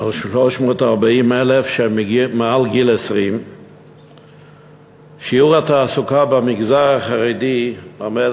על 340,000 שהם מעל גיל 20. שיעור התעסוקה במגזר החרדי עומד